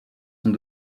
sont